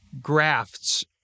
grafts